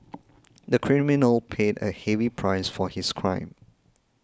the criminal paid a heavy price for his crime